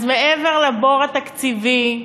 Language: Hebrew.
אז מעבר לבור התקציבי,